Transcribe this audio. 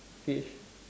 fish